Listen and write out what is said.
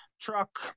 truck